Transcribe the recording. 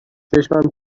چشمم